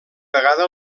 vegada